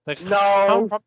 No